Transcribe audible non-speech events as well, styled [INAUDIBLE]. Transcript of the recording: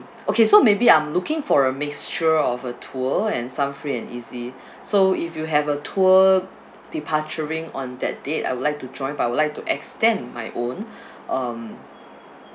okay so maybe I'm looking for a mixture of a tour and some free and easy [BREATH] so if you have a tour departuring on that date I would like to join but I would like to extend my own [BREATH] um